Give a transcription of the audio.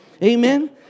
Amen